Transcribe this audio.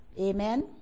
Amen